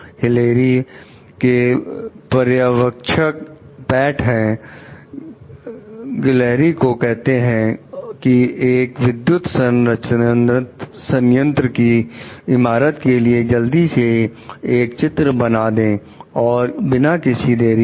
Hillary के पर्यवेक्षक Pat हैं गिलहरी को कहते हैं कि एक विद्युत संयंत्र की इमारत के लिए जल्दी से एक चित्र बना दे और बिना किसी देरी के